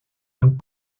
and